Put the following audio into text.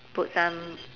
put some